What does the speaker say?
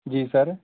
ਜੀ ਸਰ